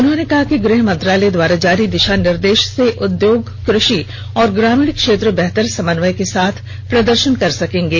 उन्होंने कहा कि गृहमंत्रालय द्वारा जारी दिषा निर्देष से उद्योग कृषि और ग्रामीण क्षेत्र समन्वय के साथ बेहतर प्रदर्षन कर सकेंगे